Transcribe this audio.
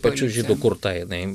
pačių žydų kurta jinai